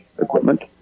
equipment